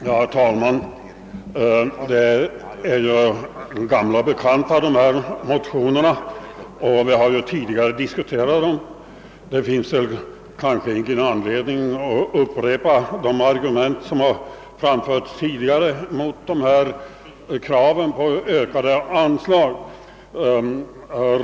Herr talman! Dessa motionsyrkanden är ju gamla bekanta, som vi tidigare har diskuterat. Det finns kanske ingen anledning att upprepa de argument som vid föregående tillfällen framförts mot kraven på ökade anslag på denna punkt.